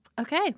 Okay